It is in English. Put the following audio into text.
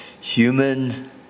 human